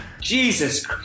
Jesus